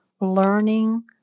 learning